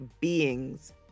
beings